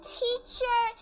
teacher